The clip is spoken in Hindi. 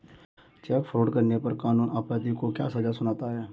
चेक फ्रॉड करने पर कानून अपराधी को क्या सजा सुनाता है?